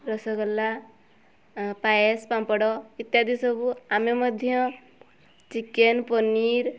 ରସଗୋଲା ପାଏସ୍ ପାମ୍ପଡ଼ ଇତ୍ୟାଦି ସବୁ ଆମେ ମଧ୍ୟ ଚିକେନ୍ ପନିର୍